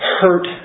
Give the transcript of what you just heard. hurt